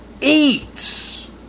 eats